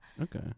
Okay